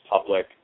public